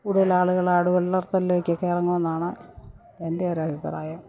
കൂടുതലാളുകൾ ആടുവളർത്തലിലേക്കൊക്കെ ഇറങ്ങുമെന്നാണ് എൻ്റെ ഒരഭിപ്രായം